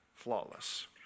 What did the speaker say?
flawless